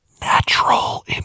Natural